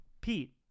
Pete